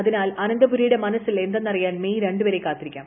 അതിനാൽ അനന്തപുരിയുടെ മനസിൽ എന്തെന്നറിയാൻ മെയ് രണ്ട് വരെ കാത്തിരിക്കാം